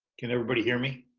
can everybody hear me?